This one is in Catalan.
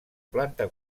planta